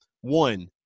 One